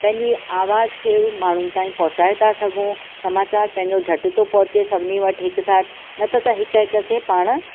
पंहिंजी आवाज़ खे माण्हुनि ताईं पहुचाए था सघूं समाचारु पंहिंजो झटि थो पहुचे सभिनी वटि हिकु साथ न त त हिकु हिकु खे पाणि